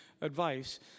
advice